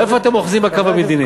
איפה אתם אוחזים בקו המדיני?